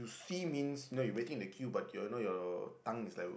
he means no you waiting the queue but do you know your tongue is like